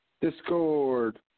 Discord